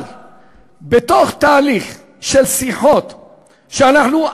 אבל בתוך תהליך של שיחות שאנחנו,